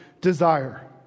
desire